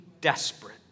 desperate